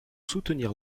soutenir